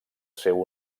seu